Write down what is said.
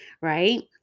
right